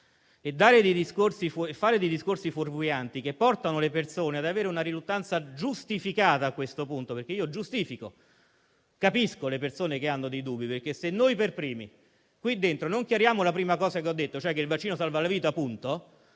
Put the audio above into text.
Si fanno dei discorsi fuorvianti che portano le persone ad avere una riluttanza che, a questo punto, è giustificata. Io infatti giustifico e capisco le persone che hanno dei dubbi perché se noi per primi, qui dentro, non chiariamo la prima cosa che ho detto, ossia che il vaccino salva la vita punto,